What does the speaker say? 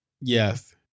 Yes